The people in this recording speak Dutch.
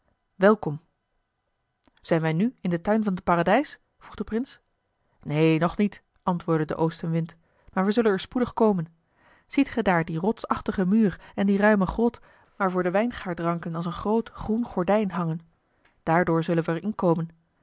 welkom zijn wij nu in den tuin van het paradijs vroeg de prins neen nog niet antwoordde de oostenwind maar wij zullen er spoedig komen ziet ge daar dien rotsachtigen muur en die ruime grot waarvoor de wijngaardranken als een groot groen gordijn hangen daardoor zullen we er inkomen